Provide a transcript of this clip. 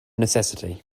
necessity